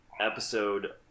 episode